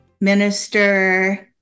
minister